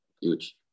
Huge